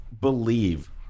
believe